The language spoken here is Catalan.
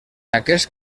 aquest